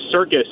circus